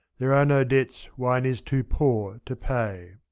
there are no debts wine is too poor to pay.